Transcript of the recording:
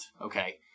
Okay